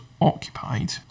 occupied